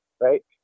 right